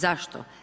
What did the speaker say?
Zašto?